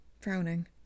frowning